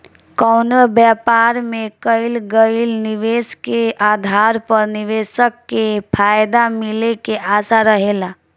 कवनो व्यापार में कईल गईल निवेश के आधार पर निवेशक के फायदा मिले के आशा रहेला